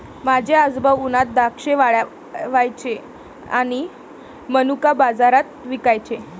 माझे आजोबा उन्हात द्राक्षे वाळवायचे आणि मनुका बाजारात विकायचे